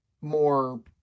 more